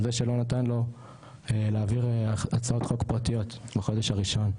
על זה שלא נתן לו להעביר הצעות חוק פרטיות בחודש הראשון.